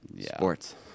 sports